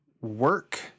work